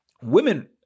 women